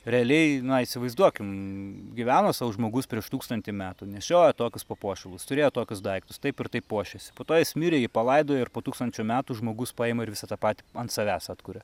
realiai na įsivaizduokim gyveno sau žmogus prieš tūkstantį metų nešiojo tokius papuošalus turėjo tokius daiktus taip ir taip puošėsi po to jis mirė jį palaidojo ir po tūkstančio metų žmogus paima ir visą tą patį ant savęs atkuria